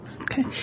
Okay